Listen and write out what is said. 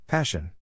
Passion